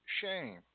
shame